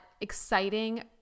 exciting